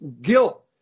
guilt